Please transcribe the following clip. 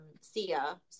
Sia